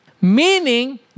Meaning